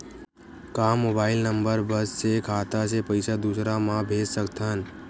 का mobile number बस से खाता से पईसा दूसरा मा भेज सकथन?